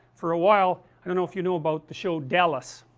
for a while, i don't know if you know about the show dallas